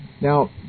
Now